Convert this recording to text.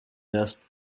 dust